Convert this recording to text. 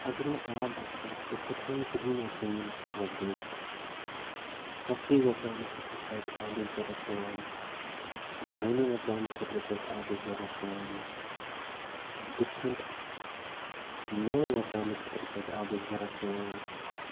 اگر نہٕ آب آسہِ ہا أسۍ ہٮ۪کہٕ ہَو نہٕ کِہیٖنۍ یَتھ زٔمیٖنَس پٮ۪ٹھ وۄپدٲیِتھ سبزی وۄپداونہٕ خٲطرٕ چھِ اَسہِ آبٕچ ضوٚرَتھ پٮ۪وان دانہِ وۄپداونہٕ خٲطرٕ چھِ اَسہِ آبٕچ ضوٚرَتھ پٮ۪وان ڈِفرَنٛٹ مٮ۪وٕ وۄپداونہٕ خٲطرٕ چھِ اَسہِ آبٕچ ضوٚرَتھ پٮ۪وان